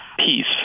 peace